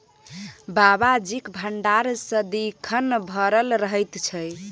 बाबाजीक भंडार सदिखन भरल रहैत छै